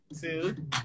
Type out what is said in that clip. two